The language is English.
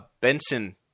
Benson